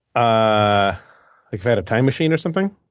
i had a time machine or something?